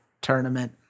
tournament